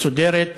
מסודרת,